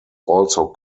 also